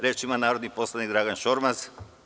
Reč ima narodni poslanik Dragan Šormas.